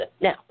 Now